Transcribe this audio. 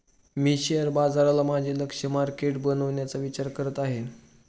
मी share बाजाराला माझे लक्ष्य मार्केट बनवण्याचा विचार करत आहे